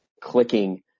clicking